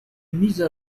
mise